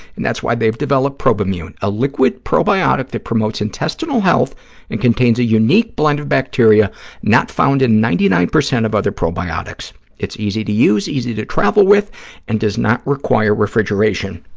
and that's why they've developed probimune, a liquid probiotic that promotes intestinal health and contains a unique blend of bacteria not found in ninety nine percent of other probiotics. it's easy to use, easy to travel with and does not require refrigeration.